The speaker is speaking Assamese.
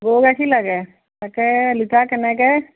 গৰু গাখীৰ লাগে তাকে লিটাৰ কেনেকৈ